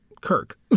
Kirk